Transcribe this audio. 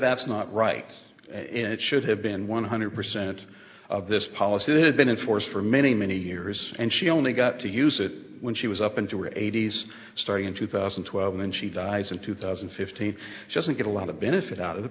that's not right and it should have been one hundred percent of this policy that had been in force for many many years and she only got to use it when she was up into her eighty's starting in two thousand and twelve when she dies in two thousand and fifteen just to get a lot of benefit out of it